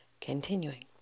Continuing